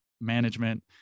management